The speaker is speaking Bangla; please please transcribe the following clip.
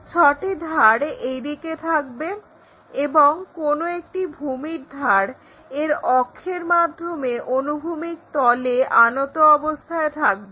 6টি ধার এই দিকে থাকবে এবং কোনো একটি ভূমির ধার এর অক্ষের মাধ্যমে অনুভূমিক তলে আনত অবস্থায় থাকবে